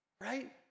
right